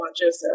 Joseph